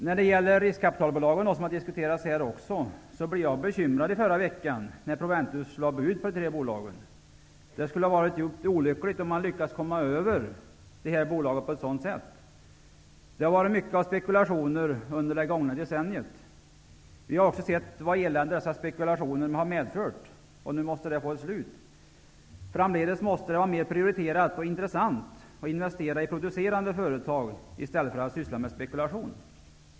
När det gäller riskkapitalbolagen, som också diskuterats här, måste jag säga att jag blev bekymrad förra veckan, då Proventus lade bud på tre av bolagen. Det skulle ha varit djupt olyckligt om man hade lyckats komma över bolagen på ett sådant sätt. Det har varit mycket av spekulationer under det gångna decenniet. Vi har också sett vilket elände dessa spekulationer har medfört. Nu måste detta få ett slut. Framdeles måste det bli mer prioriterat och intressant att investera i producerande företag i stället för att syssla med spekulation.